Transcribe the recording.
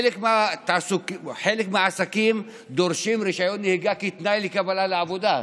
חלק מהעסקים דורשים רישיון נהיגה כתנאי קבלה לעבודה,